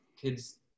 kids